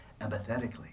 empathetically